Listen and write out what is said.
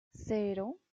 cero